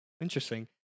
Interesting